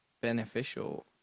beneficial